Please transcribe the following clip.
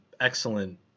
excellent